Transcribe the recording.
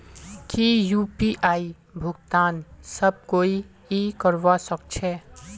की यु.पी.आई भुगतान सब कोई ई करवा सकछै?